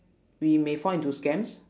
we may fall into scams